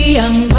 young